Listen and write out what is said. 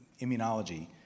immunology